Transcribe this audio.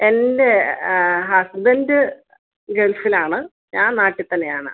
എൻ്റെ ആ ഹസ്ബൻഡ് ഗൾഫിലാണ് ഞാൻ നാട്ടിൽ തന്നെയാണ്